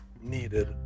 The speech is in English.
needed